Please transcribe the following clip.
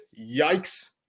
yikes